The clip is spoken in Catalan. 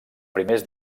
primers